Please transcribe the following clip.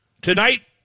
Tonight